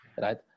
right